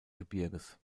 gebirges